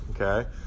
okay